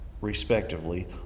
respectively